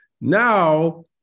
Now